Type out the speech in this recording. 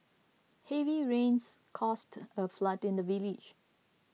heavy rains caused a flood in the village